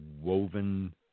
woven